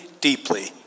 deeply